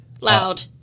Loud